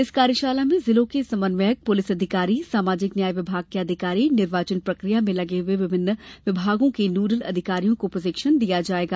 इस कार्यशाला में जिलों के समन्वयक पुलिस अधिकारी सामाजिक न्याय विभाग के अधिकारी निर्वाचन प्रक्रिया में लगे हुये विभिन्न विभागों के नोडल अधिकारीयों को प्रशिक्षण दिया जायेगा